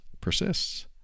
persists